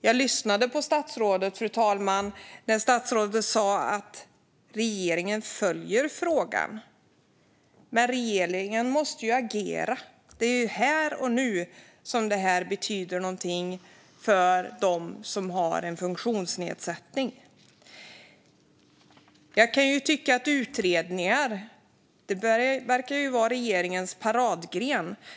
Jag lyssnade på statsrådet, som sa att regeringen följer frågan. Men regeringen måste ju agera! Det är här och nu som detta betyder något för dem som har en funktionsnedsättning. Utredningar verkar vara regeringens paradgren.